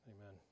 Amen